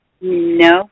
No